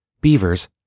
beavers